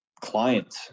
client